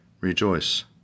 rejoice